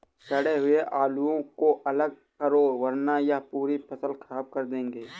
सड़े हुए आलुओं को अलग करो वरना यह पूरी फसल खराब कर देंगे